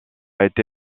été